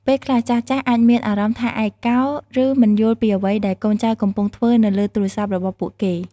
ពេលខ្លះ ចាស់ៗអាចមានអារម្មណ៍ថាឯកោ ឬមិនយល់ពីអ្វីដែលកូនចៅកំពុងធ្វើនៅលើទូរស័ព្ទរបស់ពួកគេ។